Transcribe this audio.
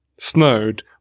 Snowed